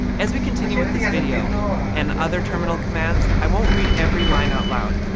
as we continue with this video and other terminal commands, i won't read every line out loud.